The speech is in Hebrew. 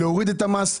להוריד את המס.